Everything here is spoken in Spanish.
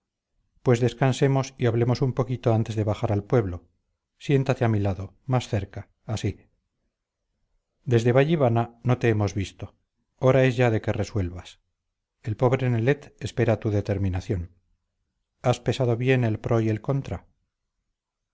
pues descansemos y hablemos un poquito antes de bajar al pueblo siéntate a mi lado más cerca así desde vallivana no te hemos visto hora es ya de que resuelvas el pobre nelet espera tu determinación has pesado bien el pro y el contra